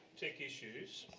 tech issues,